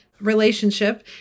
relationship